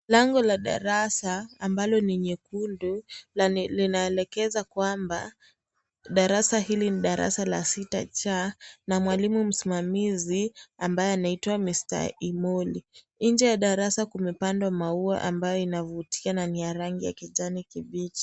Lango la darasa ambalo ni nyekundu linaelekeza kwamba darasa hili ni darasa la sita cha na mwalimu msimamizi ambaye anaitwa Mr Emoli, nje ya darasa kumepandwa maua ambayo inavutia nani ya rangi ya kijanikibichi.